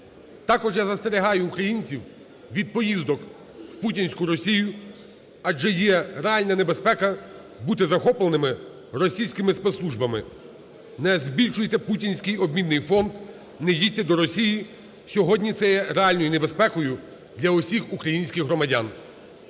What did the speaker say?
Також я застерігаю українців від поїздок у путінську Росію, адже є реальна небезпека бути захопленими російськими спецслужбами. Не збільшуйте путінський "обмінний фонд", не їдьте до Росії, сьогодні це є реальною небезпекою для усіх українських громадян.